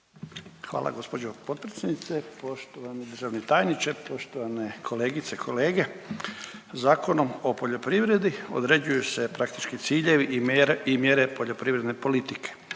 Hvala gđo potpredsjednice, poštovani državni tajniče, poštovane kolegice, kolege. Zakonom o poljoprivredi određuju se praktički ciljevi i mjere poljoprivredne politike,